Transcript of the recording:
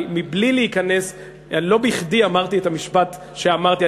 לא בכדי אמרתי את המשפט שאמרתי,